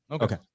okay